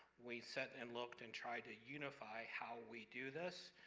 we set, and looked, and tried to unify how we do this.